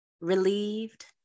relieved